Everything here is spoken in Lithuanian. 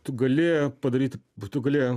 tu gali padaryti tu gali